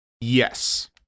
Yes